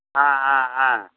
ஆ ஆ ஆ